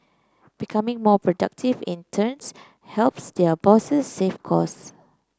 becoming more productive in turns helps their bosses save cost